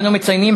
אנו מציינים